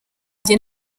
njye